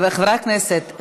חברי הכנסת,